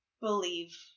Believe